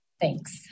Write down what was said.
Thanks